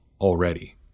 already